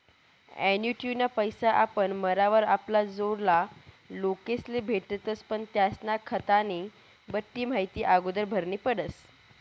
ॲन्युटीना पैसा आपण मरावर आपला जोडला लोकेस्ले भेटतस पण त्यास्ना खातानी बठ्ठी माहिती आगोदर भरनी पडस